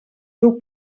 teu